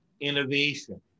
innovation